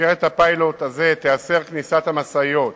במסגרת הפיילוט הזה תיאסר כניסת משאיות